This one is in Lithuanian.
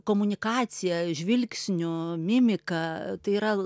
komunikacija žvilgsniu mimika tai yra